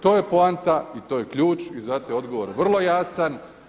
To je poanta i to je ključ i zato je odgovor vrlo jasan.